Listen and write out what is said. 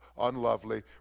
unlovely